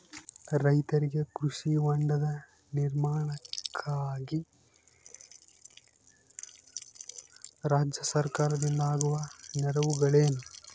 ರೈತರಿಗೆ ಕೃಷಿ ಹೊಂಡದ ನಿರ್ಮಾಣಕ್ಕಾಗಿ ರಾಜ್ಯ ಸರ್ಕಾರದಿಂದ ಆಗುವ ನೆರವುಗಳೇನು?